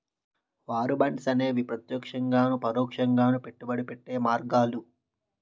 war bonds అనేవి ప్రత్యక్షంగాను పరోక్షంగాను పెట్టుబడి పెట్టే మార్గాలు